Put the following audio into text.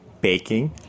baking